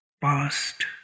Past